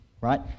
Right